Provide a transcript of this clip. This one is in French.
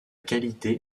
qualité